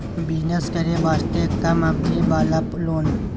Business करे वास्ते कम अवधि वाला लोन?